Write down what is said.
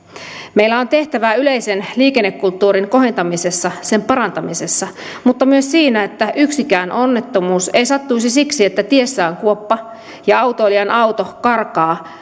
meillä on tehtävää yleisen liikennekulttuurin kohentamisessa sen parantamisessa mutta myös siinä että yksikään onnettomuus ei sattuisi siksi että tiessä on kuoppa ja autoilijan auto karkaa